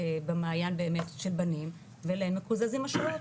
במעיין באמת של בנים והם מקוזזים בשעות,